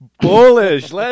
bullish